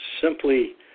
simply